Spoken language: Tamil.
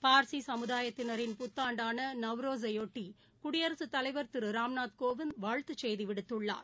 பார்சிசமுதாயத்தினின் புத்தாண்டானநவ்ரோசையொட்டிகுடியரசுத் தலைவா திருராம்நாத் கோவிந்த் வாழ்த்துச் செய்திவிடுத்துள்ளார்